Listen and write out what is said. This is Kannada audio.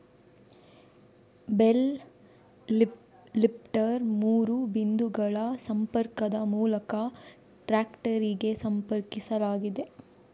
ಬೇಲ್ ಲಿಫ್ಟರ್ ಮೂರು ಬಿಂದುಗಳ ಸಂಪರ್ಕದ ಮೂಲಕ ಟ್ರಾಕ್ಟರಿಗೆ ಸಂಪರ್ಕಿಸಲಾಗಿದೆ